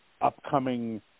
upcoming